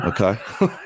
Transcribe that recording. Okay